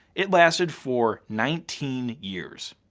it lasted for nineteen years.